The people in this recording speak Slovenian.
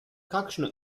kakšno